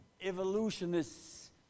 evolutionists